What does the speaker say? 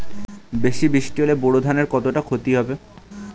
বেশি বৃষ্টি হলে বোরো ধানের কতটা খতি হবে?